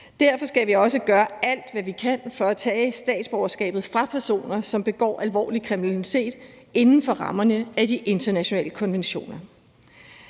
Derfor skal vi også gøre alt, hvad vi kan, for at tage statsborgerskabet fra personer, som begår alvorlig kriminalitet, inden for rammerne af de internationale konventioner.